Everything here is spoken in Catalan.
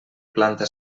planta